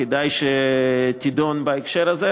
כדאי שתידון בהקשר הזה,